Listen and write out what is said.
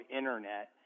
internet